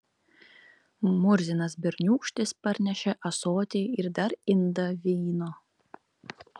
murzinas berniūkštis parnešė ąsotį ir dar indą vyno